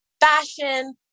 fashion